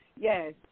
Yes